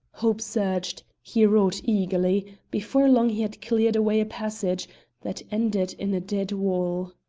hope surged, he wrought eagerly before long he had cleared away a passage that ended in a dead wall!